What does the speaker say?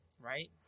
Right